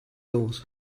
los